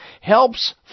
helps